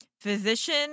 physician